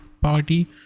party